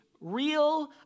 real